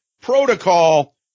protocol